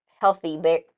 healthy